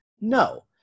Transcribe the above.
No